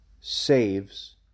saves